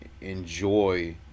enjoy